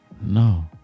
no